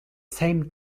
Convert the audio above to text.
same